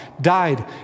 died